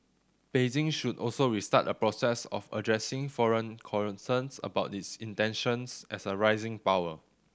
Beijing should also restart a process of addressing foreign concerns about its intentions as a rising power